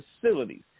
facilities